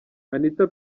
anita